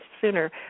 sooner